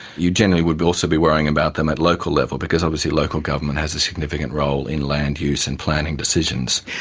you generally would also be worrying about them at local level because obviously local government has a significant role in land use and planning decisions.